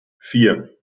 vier